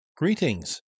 Greetings